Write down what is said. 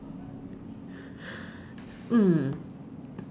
mm